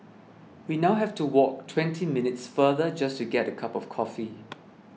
we now have to walk twenty minutes farther just to get a cup of coffee